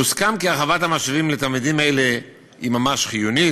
מוסכם כי הרחבת המשאבים לתלמידים אלה היא ממש חיונית,